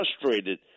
frustrated